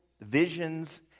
visions